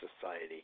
society